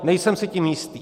Nejsem si tím jistý.